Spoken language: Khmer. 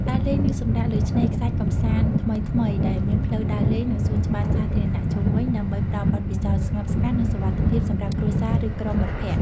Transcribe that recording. ដើរលេង និងសម្រាកលើឆ្នេរខ្សាច់កម្សាន្តថ្មីៗ ដែលមានផ្លូវដើរលេង និងសួនច្បារសាធារណៈជុំវិញ ដើម្បីផ្តល់បទពិសោធន៍ស្ងប់ស្ងាត់ និងសុវត្ថិភាពសម្រាប់គ្រួសារ ឫក្រុមមិត្តភក្តិ។